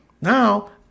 now